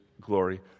glory